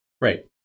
right